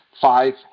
five